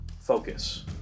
focus